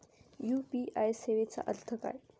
UPI सेवेचा अर्थ काय?